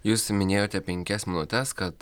jūs minėjote penkias minutes kad